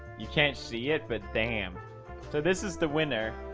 you can't see it, but damn. so this is the winner.